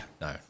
no